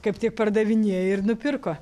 kaip tie pardavinėja ir nupirko